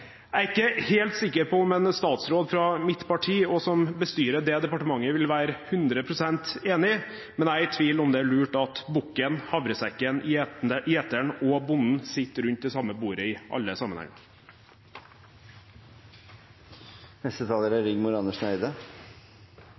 Jeg er ikke helt sikker på om en statsråd fra mitt parti som bestyrer det departementet, vil være 100 pst. enig. Men jeg er i tvil om hvorvidt det er lurt at bukken, havresekken, gjeteren og bonden sitter rundt det samme bordet i alle sammenhenger. Leverandørindustrien vokste fram på skuldrene av århundrer med norsk skipsfartstradisjon. I dag er